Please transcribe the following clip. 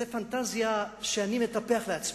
זו פנטזיה שאני מטפח לעצמי.